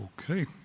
Okay